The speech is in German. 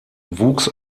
wuchs